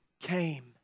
came